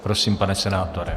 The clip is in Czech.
Prosím, pane senátore.